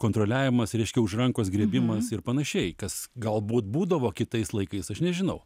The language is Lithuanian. kontroliavimas reiškia už rankos grėbimas ir panašiai kas galbūt būdavo kitais laikais aš nežinau